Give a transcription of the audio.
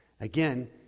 Again